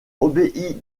obéit